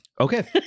Okay